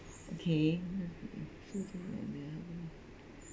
okay